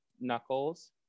Knuckles